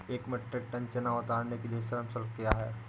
एक metric tonne चना उतारने के लिए श्रम शुल्क क्या है?